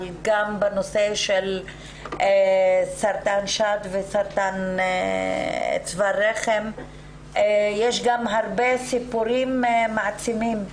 בנושא של סרטן שד וסרטן צוואר הרחם יש גם הרבה סיפורים מעצימים.